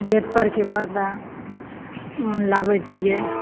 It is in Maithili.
गेट परके पर्दा लाबय छियै